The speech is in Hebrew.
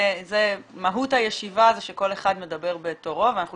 מהות הישיבה זה שכל אחד מדבר בתורו ואנחנו